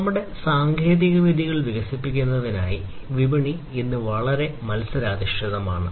നമ്മുടെ സാങ്കേതികവിദ്യകൾ വികസിപ്പിക്കുന്നതിനായി വിപണി ഇന്ന് വളരെ മത്സരാധിഷ്ഠിതമാണ്